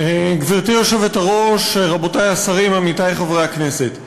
גברתי היושבת-ראש, רבותי השרים, עמיתי חברי הכנסת,